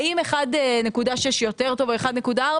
האם 1.6 או 1.4?